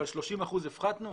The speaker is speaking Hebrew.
אבל 30% הפחתנו?